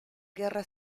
guerra